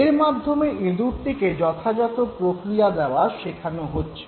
এর মাধ্যমে ইঁদুরটিকে যথাযথ প্রতিক্রিয়া দেওয়া শেখানো হচ্ছিল